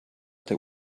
der